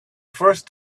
first